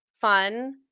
Fun